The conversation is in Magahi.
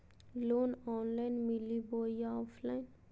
लोन ऑनलाइन मिली बोया ऑफलाइन?